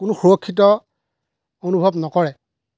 কোনো সুৰক্ষিত অনুভৱ নকৰে